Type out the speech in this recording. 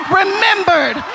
remembered